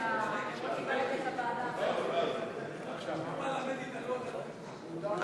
קבוצת סיעת המחנה הציוני לסעיף 7 לא נתקבלה.